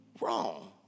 wrong